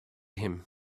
him